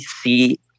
see